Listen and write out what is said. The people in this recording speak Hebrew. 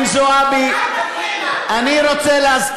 אל תפריעי, חברת הכנסת זועבי, סליחה.